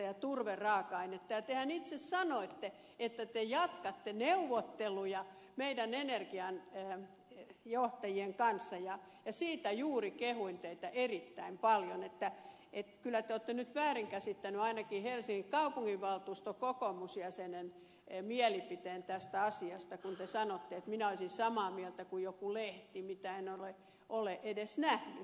ja tehän itse sanoitte että te jatkatte neuvotteluja meidän energian johtajien kanssa ja siitä juuri kehuin teitä erittäin paljon että kyllä te olette nyt väärin käsittänyt ainakin helsingin kaupunginvaltuuston kokoomusjäsenen mielipiteen tästä asiasta kun te sanotte että minä olisin samaa mieltä kuin joku lehti mitä en ole edes nähnyt